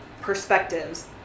perspectives